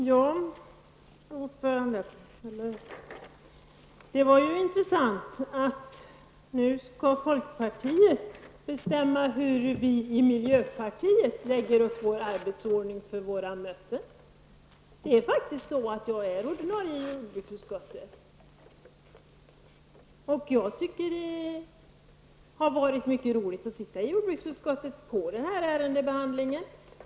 Herr talman! Det var intressant att höra att folkpartiet nu skall bestämma hur vi i miljöpartiet skall lägga upp vår arbetsordning för våra möten. Jag är ordinarie ledamot i jordbruksutskottet. Jag tycker att det har varit roligt att sitta i jordbruksutskottet under denna ärendebehandling.